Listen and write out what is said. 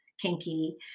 kinky